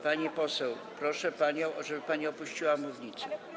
Pani poseł, proszę panią, żeby pani opuściła mównicę.